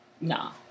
Nah